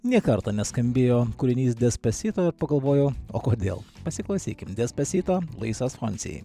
nė karto neskambėjo kūrinys despasito pagalvojau o kodėl pasiklausykim despasito luisas foncijai